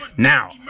Now